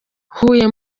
huye